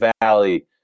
Valley